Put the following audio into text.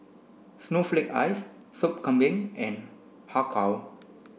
snowflake ice Sup Kambing and Har Kow